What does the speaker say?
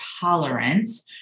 tolerance